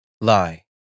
lie